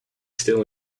still